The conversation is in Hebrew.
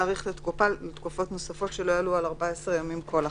ורשאית ועדת השרים להאריכה לתקופות נוספות שלא יעלו על 5 ימים כל אחת,